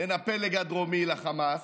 בין הפלג הדרומי לחמאס,